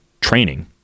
training